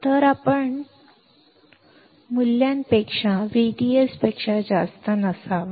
तर आपण मूल्यापेक्षा VDS पेक्षा जास्त नसावा